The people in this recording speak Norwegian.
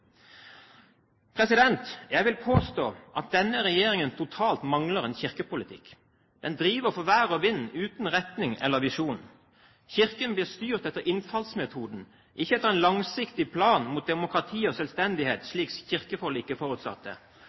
Jeg vil påstå at denne regjeringen totalt mangler en kirkepolitikk. Den driver for vær og vind, uten retning eller visjon. Kirken blir styrt etter innfallsmetoden, ikke etter en langsiktig plan for demokrati og selvstendighet, slik kirkeforliket forutsatte.